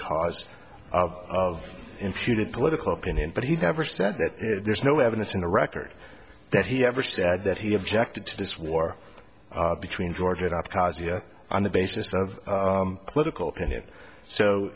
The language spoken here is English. cause of in future political opinion but he never said that there's no evidence in the record that he ever said that he objected to this war between george it up on the basis of political opinion so